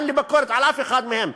אין לי ביקורת על אף אחד מהם.